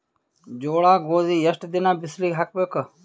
ಜೋಳ ಗೋಧಿ ಎಷ್ಟ ದಿನ ಬಿಸಿಲಿಗೆ ಹಾಕ್ಬೇಕು?